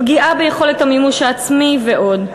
פגיעה ביכולת המימוש העצמי ועוד.